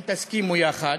אם תסכימו יחד.